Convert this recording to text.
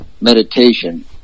meditation